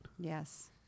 Yes